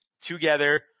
together